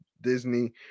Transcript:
Disney